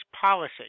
policy